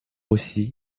aussi